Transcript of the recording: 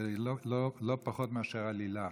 זה לא פחות מאשר עלילה.